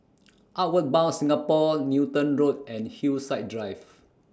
Outward Bound Singapore Newton Road and Hillside Drive